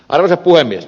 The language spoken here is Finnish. arvoisa puhemies